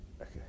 Okay